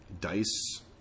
DICE